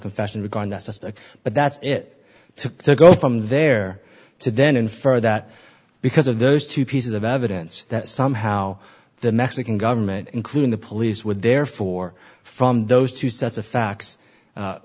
that but that's it to go from there to then infer that because of those two pieces of evidence that somehow the mexican government including the police would therefore from those two sets of facts